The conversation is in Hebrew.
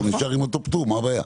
אז הוא נשאר עם אותו פטור, מה הבעיה?